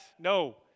No